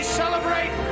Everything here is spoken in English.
celebrate